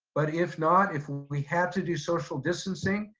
but if not, if we had to do social distancing,